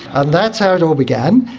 and that's how it all began.